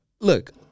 Look